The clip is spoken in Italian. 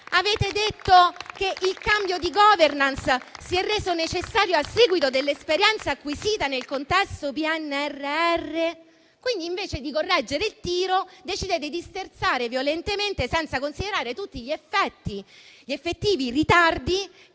Avete detto che il cambio di *governance* si è reso necessario a seguito dell'esperienza acquisita nel contesto del PNRR; quindi, invece di correggere il tiro, decidete di sterzare violentemente, senza considerare tutti gli effettivi ritardi